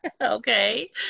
Okay